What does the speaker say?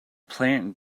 plant